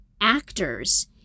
actors